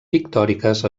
pictòriques